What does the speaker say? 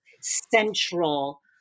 central